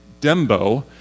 dembo